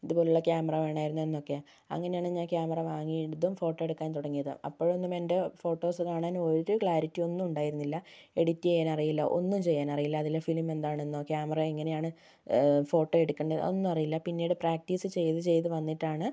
ഇത് പോലെയുള്ള ക്യാമറ വേണമായിരുന്നു എന്നൊക്കെ അങ്ങനെയാണ് ഞാൻ ക്യാമറ വാങ്ങിയതും ഫോട്ടോയെടുക്കാൻ തുടങ്ങിയതും അപ്പോഴൊന്നും എൻ്റെ ഫോട്ടോസ് കാണാൻ ഒരു ക്ലാരിറ്റിയും ഒന്നുണ്ടായിരുന്നില്ല എഡിറ്റെയ്യാനറിയില്ല ഒന്നും ചെയ്യാനാറിയില്ല അതിലെ ഫിലിമെന്താണെന്നോ ക്യാമറ എങ്ങനെയാണ് ഫോട്ടോയെടുക്കുന്നത് അതൊന്നും അറിയില്ല പിന്നീട് പ്രാക്റ്റീസ് ചെയ്ത് ചെയ്ത് വന്നിട്ടാണ്